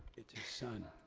it's his son.